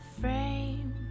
frame